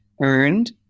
earned